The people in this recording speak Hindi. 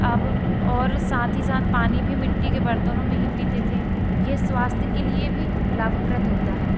अब और साथ ही साथ पानी भी मिट्टी के बर्तनों में ही पीते थे यह स्वास्थ्य के लिए भी लाभप्रद होता है